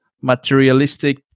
materialistic